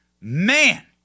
man